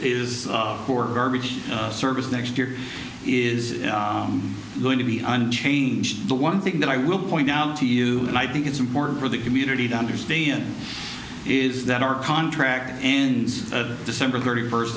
is service next year is going to be unchanged the one thing that i will point out to you and i think it's important for the community to understand is that our contract ends at december thirty first